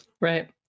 Right